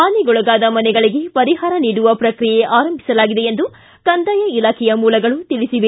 ಹಾನಿಗೊಳಗಾದ ಮನೆಗಳಿಗೆ ಪರಿಹಾರ ನೀಡುವ ಪ್ರಕ್ರಿಯೆ ಆರಂಭಿಸಲಾಗಿದೆ ಎಂದು ಕಂದಾಯ ಇಲಾಖೆಯ ಮೂಲಗಳು ತಿಳಿಸಿದೆ